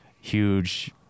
huge